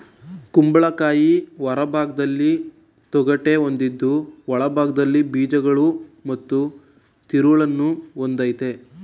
ಕುಂಬಳಕಾಯಿ ಹೊರಭಾಗ್ದಲ್ಲಿ ತೊಗಟೆ ಹೊಂದಿದ್ದು ಒಳಭಾಗ್ದಲ್ಲಿ ಬೀಜಗಳು ಮತ್ತು ತಿರುಳನ್ನು ಹೊಂದಯ್ತೆ